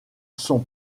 sont